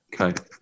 Okay